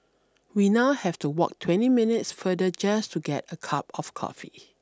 we now have to walk twenty minutes further just to get a cup of coffee